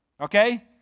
Okay